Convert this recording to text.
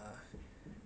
uh